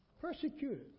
Persecuted